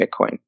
Bitcoin